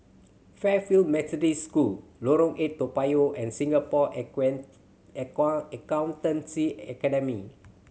Fairfield Methodist School Lorong Eight Toa Payoh and Singapore Accountancy Academy